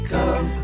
Come